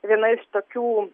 viena iš tokių